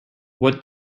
what